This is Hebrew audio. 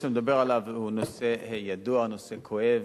שאתה מדבר עליו הוא נושא ידוע ונושא כואב,